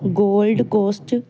gold coast